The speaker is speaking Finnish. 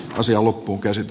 asiaa loppuunkäsite